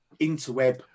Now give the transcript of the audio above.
interweb